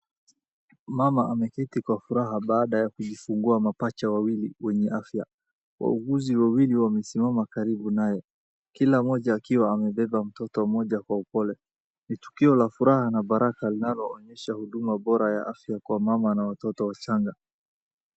Mama ameketi kwa furaha baada ya kujifungua mapacha wawili wenye afya. Wauguzi wawili wamesimama karibu naye, kila mmoja akiwa amebeba mtoto mmoja kwa upole. Ni tukio la furaha na baraka linaloonesha huduma bora ya afya kwa mama na watoto wachanga.